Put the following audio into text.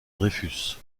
dreyfus